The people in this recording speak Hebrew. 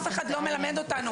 את זה אף אחד לא מלמד אותנו.